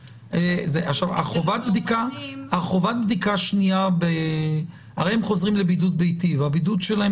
הם הרי חוזרים לבידוד ביתי והבידוד שלהם